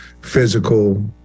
physical